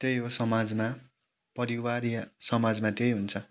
त्यही हो समाजमा परिवार या समाजमा त्यही हुन्छ